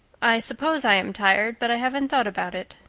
i suppose i am tired but i haven't thought about it.